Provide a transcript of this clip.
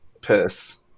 piss